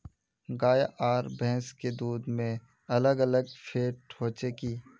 गाय आर भैंस के दूध में अलग अलग फेट होचे की?